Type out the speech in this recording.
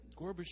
Gorbachev